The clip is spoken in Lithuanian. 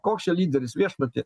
koks čia lyderis viešpatie